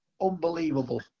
unbelievable